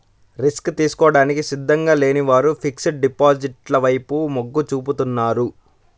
risk తీసుకోవడానికి సిద్ధంగా లేని వారు ఫిక్స్డ్ డిపాజిట్ల వైపు మొగ్గు చూపుతున్నారు